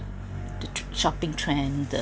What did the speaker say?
to shopping trend the